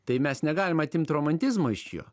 tai mes negalim atimt romantizmo iš jo